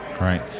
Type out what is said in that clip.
Right